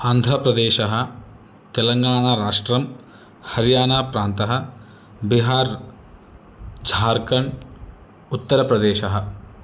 आन्ध्रप्रदेशः तेलङ्गाणाराष्ट्रं हर्याणाप्रान्तः बिहार् झार्खण्ड् उत्तरप्रदेशः